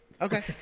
Okay